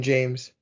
James